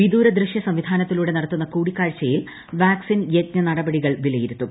വിദൂര ദൃശ്യ സംവിധാനത്തിലൂടെ നടത്തുന്ന കൂടിക്കാഴ്ചയിൽ വാക്സിൻ യജ്ഞ നടപടികൾ വിലയിരുത്തും